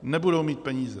Nebudou mít peníze.